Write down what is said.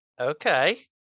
Okay